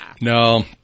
No